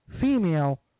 female